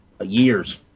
years